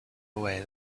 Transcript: away